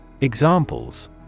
Examples